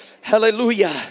Hallelujah